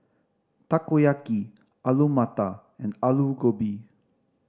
Takoyaki Alu Matar and Alu Gobi